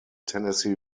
tennessee